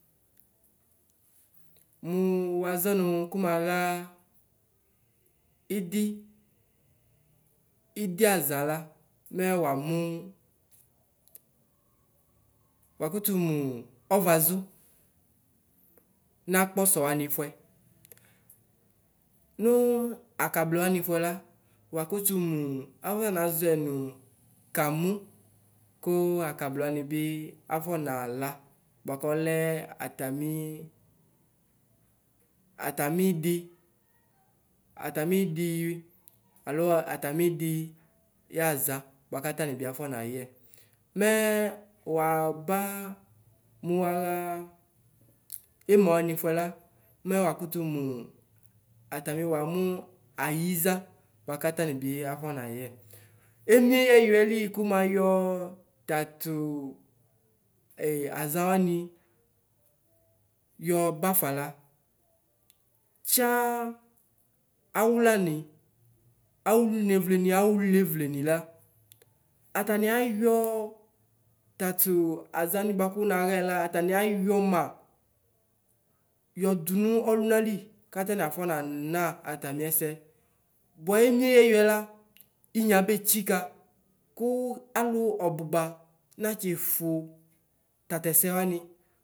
Mʋ woazɔ nʋ kʋ maga ɩdɩ, ɩdɩ azala mɛ wamʋ, wakʋtʋmʋ ɔvazu, nakpɔsɔ wanɩfuɛ. Nʋ akabla wanɩ fuɛla wakʋmʋ afɔnazɔɛ nʋ kamʋ ko akablɛ wanɩbi afɔnala bʋakʋ ɔlɛ atamɩ ɩdi yaza bʋakatanɩ bi afɔ nayɛ mɛ waba mʋ waha ema wanɩ fuɛla mɛ wakʋtʋ mʋ atamɩ wamʋ ayiza bʋakʋ atanɩ biafɔnayɛ emie ɛyuɛbi kʋmayɔ tatʋ azawanɩ yɔbafala tsa awʋlanɩ awʋ nevlenɩ awʋ levlenila atanɩ ayɔ tatʋ aza wanɩ bʋakʋ nahala atanɩ ayɔ ma yɔ dʋ nʋ ɔnali katani afɔnana atami ɛsɛ bʋa emie ɛyɛ la inye abe tsika kʋ alʋ ɔbʋba natsifʋ tatɛsɛ wanɩ.